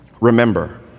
remember